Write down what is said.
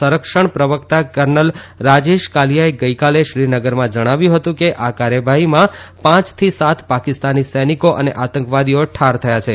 સંરક્ષણ પ્રવક્તા કર્નલ રાજેશ કાલીયાએ ગઇકાલે શ્રીનગરમાં જણાવ્યું હતું કે આ કાર્યવાહીમાં પાંચથી સાત પાકિસ્તાની સૈનિકો અને આતંકવાદીઓ ઠાર થયા છે